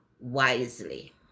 wisely